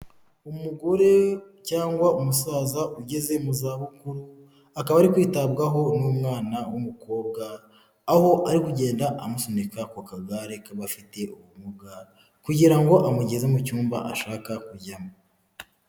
Umugore cyangwa umusaza ugeze mu zabukuru akaba ari kwitabwaho n'umwana w'umukobwa aho ari kugenda amusunika ku kagare k'abafite ubumuga kugira ngo amugeze mu cyumba ashaka kujyamo.